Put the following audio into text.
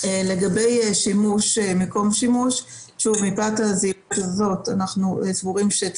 חשוב אולי לשמוע את הכיוונים השונים שחברי